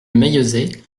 maillezais